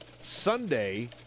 Sunday